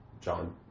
John